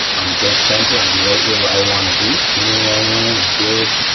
i'm dead center, i'm right where i wanna be, mineral oil in, i'm good.